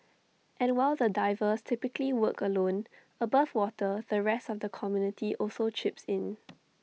and while the divers typically work alone above water the rest of the community also chips in